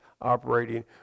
operating